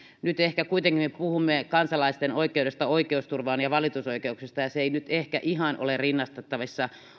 nyt ehkä kuitenkin me puhumme kansalaisten oikeudesta oikeusturvaan ja valitusoikeuksista ja se ei nyt ehkä ihan ole rinnastettavissa